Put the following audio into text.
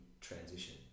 transition